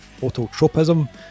phototropism